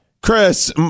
Chris